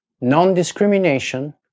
Non-discrimination